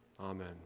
Amen